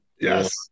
yes